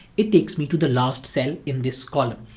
it takes me to the last cell in this column,